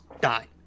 die